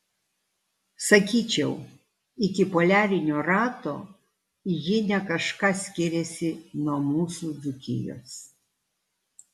sakyčiau iki poliarinio rato ji ne kažką skiriasi nuo mūsų dzūkijos